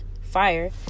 fire